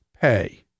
pay